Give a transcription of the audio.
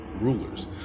rulers